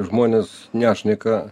žmonės nešneka